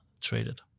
traded